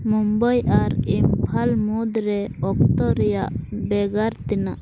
ᱢᱩᱢᱵᱚᱭ ᱟᱨ ᱤᱢᱯᱷᱚᱞ ᱢᱩᱫᱽᱨᱮ ᱚᱠᱛᱚ ᱨᱮᱱᱟᱜ ᱵᱷᱮᱜᱟᱨ ᱛᱤᱱᱟᱹᱜ